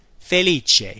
Felice